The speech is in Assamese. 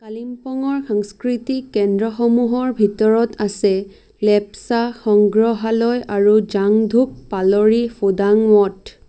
কালিমপঙৰ সাংস্কৃতিক কেন্দ্ৰসমূহৰ ভিতৰত আছে লেপচা সংগ্ৰহালয় আৰু জাং ধোক পালৰি ফোডাং মঠ